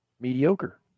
mediocre